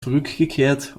zurückgekehrt